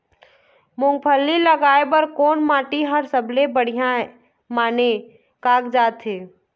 मूंगफली लगाय बर कोन माटी हर सबले बढ़िया माने कागजात हे?